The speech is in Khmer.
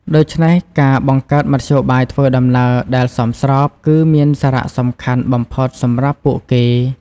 ដូច្នេះ ការបង្កើតមធ្យោបាយធ្វើដំណើរដែលសមស្រប គឺមានសារៈសំខាន់បំផុតសម្រាប់ពួកគេ។